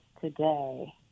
today